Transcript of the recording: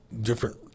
different